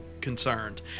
concerned